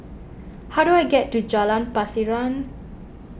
how do I get to Jalan Pasiran